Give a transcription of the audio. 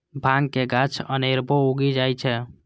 भांग के गाछ अनेरबो उगि जाइ छै